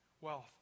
wealth